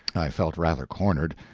i felt rather cornered,